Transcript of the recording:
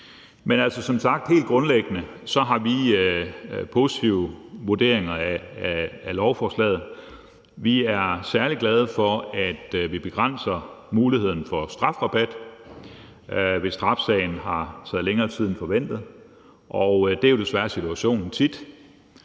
Men altså, vi har som sagt helt grundlæggende en positiv vurdering af lovforslaget. Vi er særlig glade for, at vi begrænser muligheden for strafrabat, hvis straffesagen har taget længere tid end forventet. Det er jo desværre tit situationen.